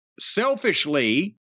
selfishly